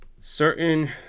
certain